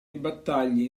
battaglie